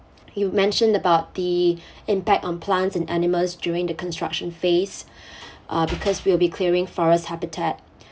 you mentioned about the impact on plants and animals during the construction phase uh because we'll be clearing forest habitat